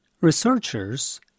Researchers